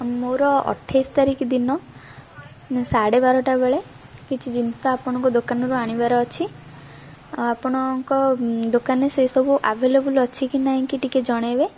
ମୋର ଅଠେଇଶି ତାରିଖ ଦିନ ସାଢ଼େ ବାରଟା ବେଳେ କିଛି ଜିନିଷ ଆପଣଙ୍କ ଦୋକାନରୁ ଆଣିବାର ଅଛି ଆଉ ଆପଣଙ୍କ ଦୋକାନରେ ସେସବୁ ଆଭେଲବୁଲ୍ ଅଛି କି ନାହିଁ କି ଟିକେ ଜଣାଇବେ